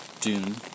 Dune